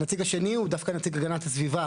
הנציג השני הוא דווקא נציג הגנת הסביבה,